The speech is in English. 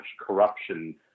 corruption